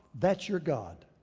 that's your god.